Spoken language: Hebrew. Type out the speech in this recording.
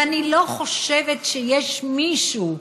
ואני לא חושבת שיש מישהו,